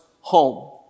home